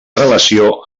relació